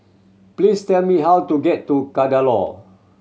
please tell me how to get to Kadaloor